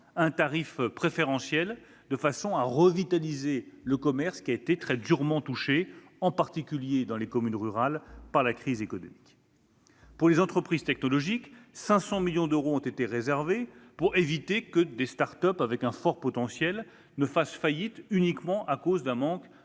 un tarif préférentiel de façon à revitaliser le commerce qui a été très durement touché, en particulier dans les communes rurales, par la crise économique. Pour les entreprises technologiques, 500 millions d'euros ont été réservés, pour éviter que des start-up à fort potentiel ne fassent faillite uniquement à cause d'un manque